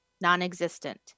Non-existent